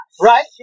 Right